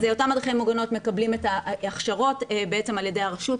אז אותם מדריכי מוגנות מקבלים את ההכשרות בעצם על ידי הרשות,